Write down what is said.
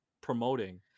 promoting